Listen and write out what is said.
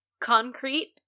concrete